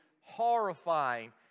horrifying